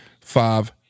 Five